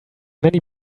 many